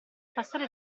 passare